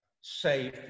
safe